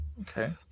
Okay